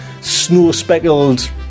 snow-speckled